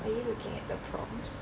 are you looking at the prompts